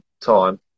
time